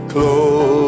Close